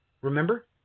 Remember